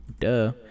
Duh